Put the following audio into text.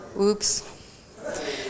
Oops